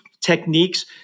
techniques